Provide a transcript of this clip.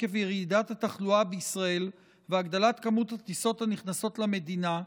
עקב ירידת התחלואה בישראל והגדלת מספר הטיסות הנכנסות למדינה,